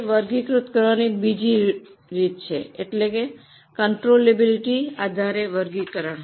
તે વર્ગીકૃત કરવાની બીજી રીત છે કંટ્રોલએબિલિટી આધારે વર્ગીકરણ